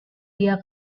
dia